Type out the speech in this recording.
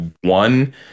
one